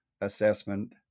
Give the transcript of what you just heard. assessment